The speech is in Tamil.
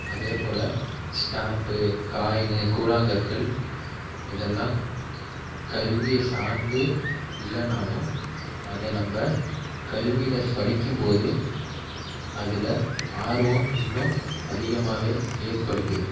அதேபோல் ஸ்டாம்ப்பு காயினு கூழாங்கற்கள் இதெல்லாம் கல்வியை சார்ந்து இல்லைனாலும் அதை நம்ம கல்வியில் படிக்கும் போது அதில் ஆர்வம் இன்னும் அதிகமாகவே ஏற்படுது